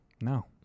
No